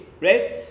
right